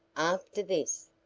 after this,